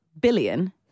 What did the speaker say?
billion